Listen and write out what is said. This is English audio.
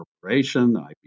corporation